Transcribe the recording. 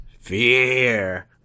Fear